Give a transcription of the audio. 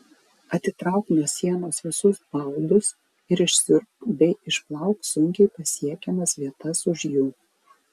atitrauk nuo sienos visus baldus ir išsiurbk bei išplauk sunkiai pasiekiamas vietas už jų